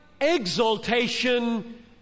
exaltation